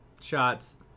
shots